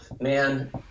man